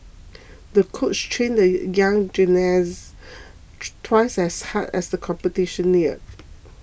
the coach trained the young gymnast twice as hard as the competition neared